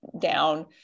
down